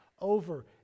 over